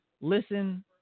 listen